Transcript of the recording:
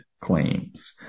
claims